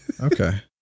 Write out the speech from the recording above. Okay